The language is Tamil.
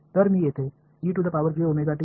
இங்கே நான் எடுக்க முடியும்